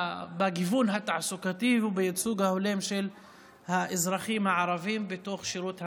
בגיוון התעסוקתי ובייצוג ההולם של האזרחים הערבים בתוך שירות המדינה,